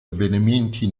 avvenimenti